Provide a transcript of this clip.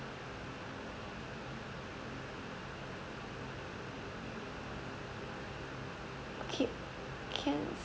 okay can